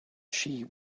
she